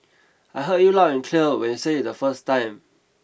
I heard you loud and clear when you said it the first time